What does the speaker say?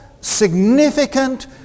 significant